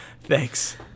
Thanks